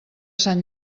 sant